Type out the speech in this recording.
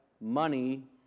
money